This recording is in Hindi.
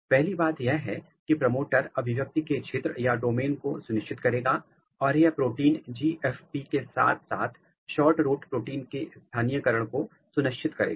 पहली बात यह है कि प्रमोटर अभिव्यक्ति के क्षेत्र या डोमेन को सुनिश्चित करेगा और यह प्रोटीन GFP के साथ साथ SHORTROOT प्रोटीन के स्थानीयकरण को सुनिश्चित करेगा